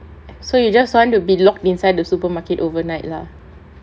so you just want to be lock inside the supermarket overnight lah